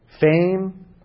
fame